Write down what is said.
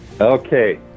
Okay